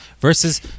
versus